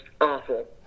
awful